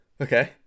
okay